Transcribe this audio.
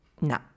No